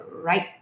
right